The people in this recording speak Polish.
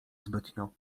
zbytnio